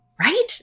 Right